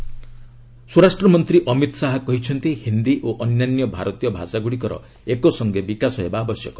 ଅମିତ୍ ଶାହା ହିନ୍ଦୀ ସ୍ୱରାଷ୍ଟ୍ର ମନ୍ତ୍ରୀ ଅମିତ୍ ଶାହା କହିଛନ୍ତି ହିନ୍ଦୀ ଓ ଅନ୍ୟାନ୍ୟ ଭାରତୀୟ ଭାଷାଗ୍ରଡ଼ିକର ଏକ ସଙ୍ଗେ ବିକାଶ ହେବା ଆବଶ୍ୟକ